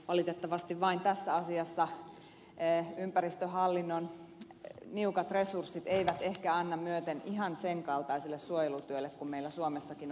valitettavasti vain tässä asiassa ympäristöhallinnon niukat resurssit eivät ehkä anna myöten ihan sen kaltaiselle suojelutyölle kuin meillä suomessakin olisi tarvetta